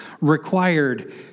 required